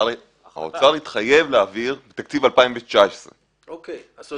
האוצר התחייב להעביר בתקציב 2019. זאת אומרת,